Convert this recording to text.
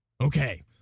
Okay